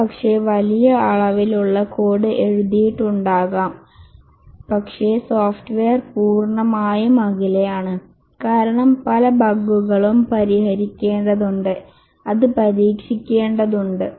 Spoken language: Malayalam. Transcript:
ഒരുപക്ഷേ വലിയ അളവിലുള്ള കോഡ് എഴുതിയിട്ടുണ്ടാകാം പക്ഷേ സോഫ്റ്റ്വെയർ പൂർണമായും അകലെയാണ് കാരണം പല ബഗുകളും പരിഹരിക്കേണ്ടതുണ്ട് അത് പരീക്ഷിക്കേണ്ടതുണ്ട്